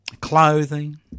clothing